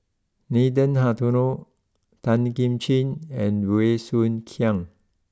Nathan Hartono Tan Kim Ching and Bey Soo Khiang